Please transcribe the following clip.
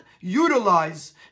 utilize